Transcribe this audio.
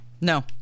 No